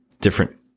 different